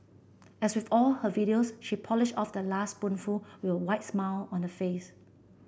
as with all her videos she polished off the last spoonful with a wide smile on her face